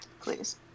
Please